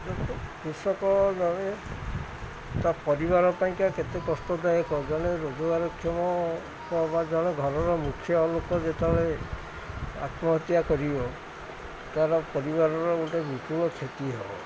କୃଷକ ଜଣେ ତା ପରିବାର ପାଇଁକା କେତେ କଷ୍ଟଦାୟକ ଜଣେ ରୋଜଗାରକ୍ଷମ ବା ଜଣେ ଘରର ମୁଖ୍ୟ ଲୋକ ଯେତେବେଳେ ଆତ୍ମହତ୍ୟା କରିବ ତାର ପରିବାରର ଗୋଟେ କ୍ଷତି ହବ